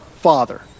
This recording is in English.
father